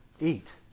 eat